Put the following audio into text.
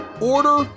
order